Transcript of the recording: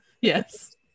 Yes